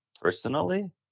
personally